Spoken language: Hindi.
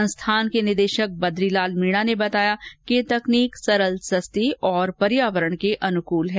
संस्थान के निदेशक बद्रीलाल मीणा ने बताया कि यह तकनीक सरलसस्ती तथा पर्यावरण के अनुकूल है